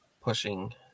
pushing